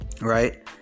right